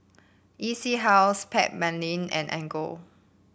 E C House Backpedic and Anchor